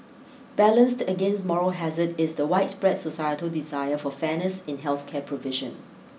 balanced against moral hazard is the widespread societal desire for fairness in health care provision